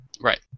Right